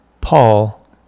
Paul